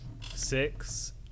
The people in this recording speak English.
Six